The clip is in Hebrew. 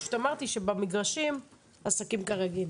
פשוט אמרתי שבמגרשים העסקים כרגיל.